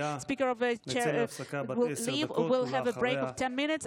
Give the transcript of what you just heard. נצא להפסקה בת עשר דקות,